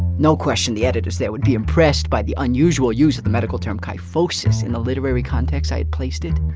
no question the editors there would be impressed by the unusual use of the medical term by folks in the literary context i placed it.